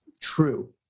true